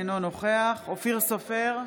אינו נוכח אופיר סופר,